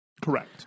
Correct